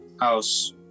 House